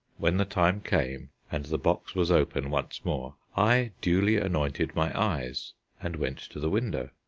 when the time came and the box was open once more, i duly anointed my eyes and went to the window.